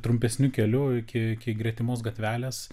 trumpesniu keliu iki iki gretimos gatvelės